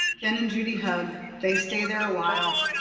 jen and judy hug. they stay there awhile.